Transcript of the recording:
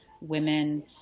women